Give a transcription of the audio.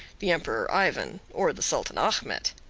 the emperor ivan, or the sultan achmet.